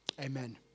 amen